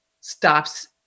stops